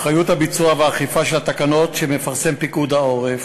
אחריות הביצוע והאכיפה של התקנות שמפרסם פיקוד העורף